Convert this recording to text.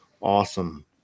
awesome